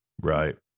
right